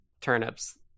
turnips